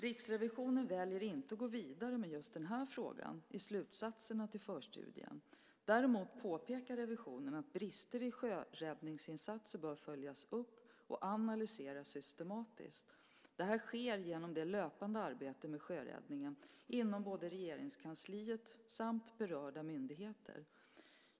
Riksrevisionen väljer inte att gå vidare med just den här frågan i slutsatserna till förstudien. Däremot påpekar revisionen att brister i sjöräddningsinsatser bör följas upp och analyseras systematiskt. Det sker genom det löpande arbetet med sjöräddningen inom både Regeringskansliet och berörda myndigheter.